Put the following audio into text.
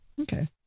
Okay